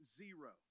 zero